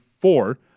four